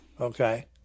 Okay